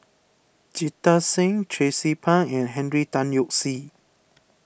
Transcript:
Jita Singh Tracie Pang and Henry Tan Yoke See